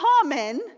common